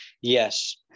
Yes